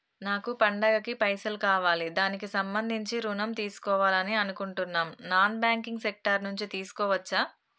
నాకు పండగ కి పైసలు కావాలి దానికి సంబంధించి ఋణం తీసుకోవాలని అనుకుంటున్నం నాన్ బ్యాంకింగ్ సెక్టార్ నుంచి తీసుకోవచ్చా?